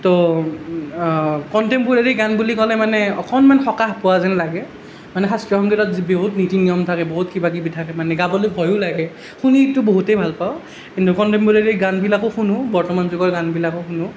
তো কণ্টেম্পৰেৰী গান বুলি ক'লে মানে অকণমান সকাহ পোৱা যেন লাগে মানে শাস্ত্ৰীয় সংগীতত যি বহুত নীতি নিয়ম থাকে বহুত কিবাকিবি থাকে মানে গাবলৈ ভয়ো লাগে শুনিতো বহুতেই ভাল পাওঁ কিন্ত কন্টেম্পৰেৰী গানবিলাকো শুনো বৰ্তমান যুগৰ গানবিলাকো শুনো